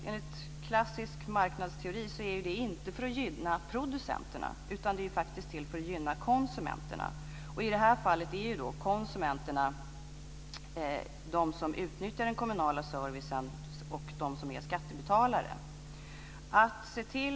Enligt klassisk marknadsteori är det inte för att gynna producenterna, utan det är faktiskt till för att gynna konsumenterna, och konsumenterna som utnyttjar den kommunala servicen är skattebetalare.